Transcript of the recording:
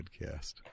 podcast